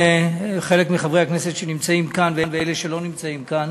חלק מחברי הכנסת שנמצאים כאן ואלה שלא נמצאים כאן,